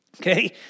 Okay